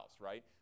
right